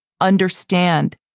understand